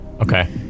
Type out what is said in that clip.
Okay